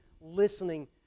listening